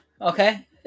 Okay